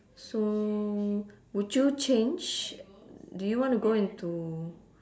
so would you change do you want to go into